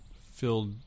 filled